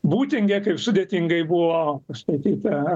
būtingė kaip sudėtingai buvo pastatyta